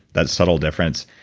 that subtle difference.